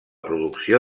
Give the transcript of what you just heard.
producció